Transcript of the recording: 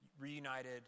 reunited